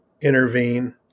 intervene